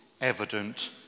Evident